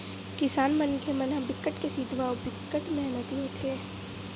किसान मनखे मन ह बिकट के सिधवा अउ बिकट मेहनती होथे